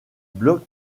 bloc